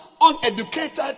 uneducated